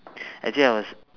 actually I was